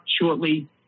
shortly